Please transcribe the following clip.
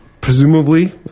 presumably